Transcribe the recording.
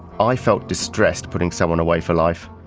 i felt distressed, putting someone away for life.